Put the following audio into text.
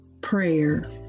prayer